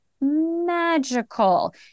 magical